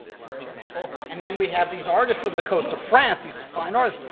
for example. and then we have these artists in the coast of france, these fine artists,